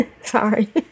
Sorry